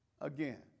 again